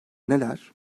neler